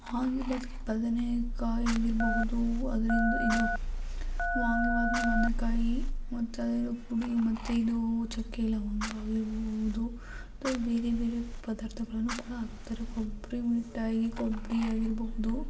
ವಾಂಗಿಭಾತ್ಗೆ ಬದನೆಕಾಯಿ ಆಗಿರಬಹುದು ಅದರಿಂದ ಇದು ವಾಂಗಿಭಾತ್ಗೆ ಬದನೆಕಾಯಿ ಮತ್ತದೇನೋ ಪುಡಿ ಮತ್ತು ಇದು ಚಕ್ಕೆ ಲವಂಗ ಆಗಿರಬೋದು ಅಥ್ವಾ ಬೇರೆ ಬೇರೆ ಪದಾರ್ಥಗಳನ್ನು ಕೂಡ ಹಾಕುತ್ತಾರೆ ಕೊಬ್ಬರಿ ಮಿಠಾಯಿಗೆ ಕೊಬ್ಬರಿ ಆಗಿರಬಹುದು